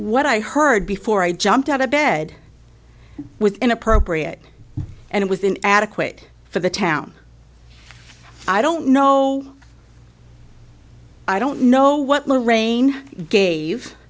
what i heard before i jumped out of bed with inappropriate and with an adequate for the town i don't know i don't know what lorraine gave